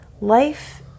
Life